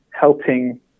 helping